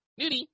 Nudie